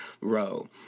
row